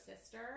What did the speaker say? sister